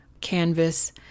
canvas